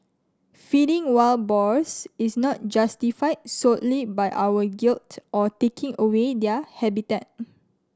feeding wild boars is not justified solely by our guilt of taking away their habitat